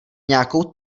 nějakou